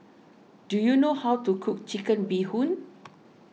do you know how to cook Chicken Bee Hoon